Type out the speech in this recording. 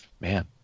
man